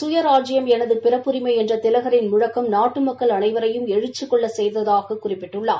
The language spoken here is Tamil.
சுய ராஜ்யம் எனது பிறப்புரிமை என்ற திலகரின் முழக்கம் நாட்டு மக்கள் அனைவரையும் எழுச்சிக் கொள்ள செய்ததாக குறிப்பிட்டுள்ளார்